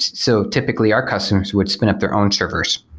so typically, our customers would spin up their own servers.